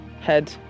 head